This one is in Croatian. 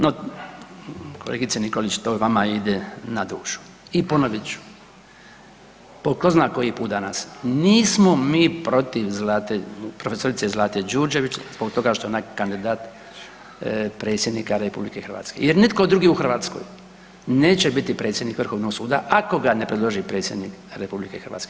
No, kolegice Nikolić, to vama ide na dušu i ponovit ću po tko zna koji put danas, nismo mi protiv Zlate, profesorice Zlate Đurđević zbog toga što je ona kandidat predsjednika RH jer nitko drugi u Hrvatskoj neće biti predsjednik Vrhovnog suda ako ga ne predloži RH.